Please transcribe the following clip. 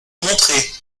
montrer